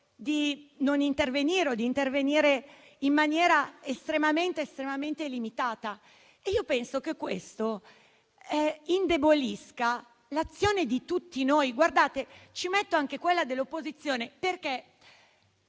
di non intervenire o di intervenire in maniera estremamente limitata e io penso che questo indebolisca l'azione di tutti noi, anche quella dell'opposizione.